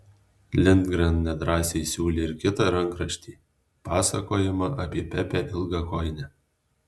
lindgren nedrąsiai siūlė ir kitą rankraštį pasakojimą apie pepę ilgakojinę